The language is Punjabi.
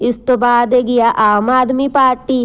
ਇਸ ਤੋਂ ਬਾਅਦ ਹੈਗੀ ਆ ਆਮ ਆਦਮੀ ਪਾਰਟੀ